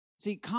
See